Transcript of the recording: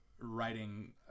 writing